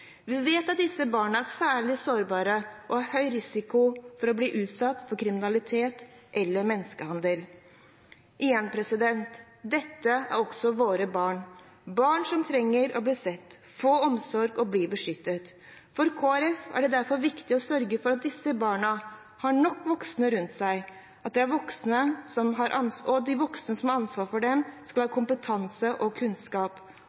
Vi vet at disse barna er særlig sårbare og har høy risiko for å bli utsatt for kriminalitet eller menneskehandel. Igjen: Dette er også våre barn, barn som trenger å bli sett, få omsorg og bli beskyttet. For Kristelig Folkeparti er det derfor viktig å sørge for at disse barna har nok voksne rundt seg, og at de voksne som har ansvar for dem, skal ha kompetanse og kunnskap